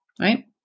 Right